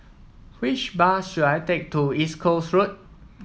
which bus should I take to East Coast Road